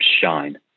shine